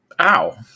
Ow